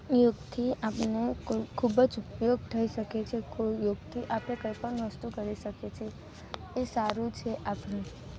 યોગથી આપણને કોઈ ખૂબ જ ઉપયોગ થઈ શકે છે કોઈ યોગથી આપણે કંઇપણ વસ્તુ કરી શકીએ છીએ એ સારું છે આપણું